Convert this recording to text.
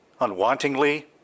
unwantingly